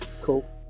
cool